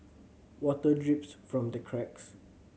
water drips from the cracks